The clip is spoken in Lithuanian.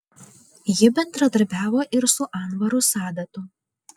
ji bendradarbiavo ir su anvaru sadatu